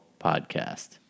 podcast